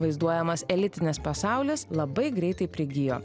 vaizduojamas elitinis pasaulis labai greitai prigijo